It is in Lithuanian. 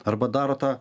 arba daro tą